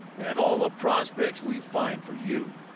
and all the prospects we find for you?